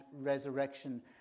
resurrection